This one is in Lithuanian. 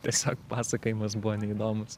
tiesiog pasakojimas buvo neįdomus